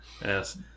Yes